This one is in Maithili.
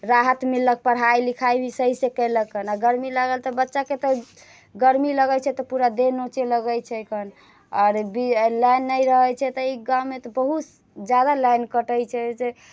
राहत मिललक पढ़ाइ लिखाइ भी सहीसँ कयलक आ नहि गर्मी लागल बच्चाके तऽ गर्मी लगैत छै तऽ पूरा देह नोचऽ लगैत छैकन आओर बि लाइन नहि रहैत छै तऽ ई गाममे तऽ बहुत ज्यादा लाइन कटैत छै जे